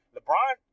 LeBron